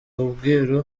ubwiru